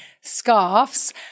scarves